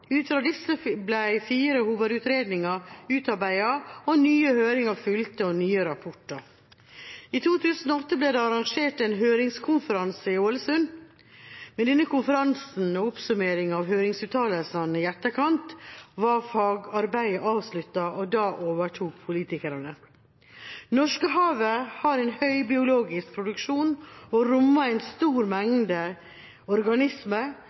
Ut fra disse ble fire hovedutredninger utarbeidet. Nye høringer fulgte – og nye rapporter. I 2008 ble det arrangert en høringskonferanse i Ålesund. Med denne konferansen, og oppsummeringen av høringsuttalelsene i etterkant, var fagarbeidet avsluttet. Da overtok politikerne. Norskehavet har en høy biologisk produksjon og rommer en stor mengde organismer,